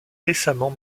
récemment